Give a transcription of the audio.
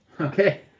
Okay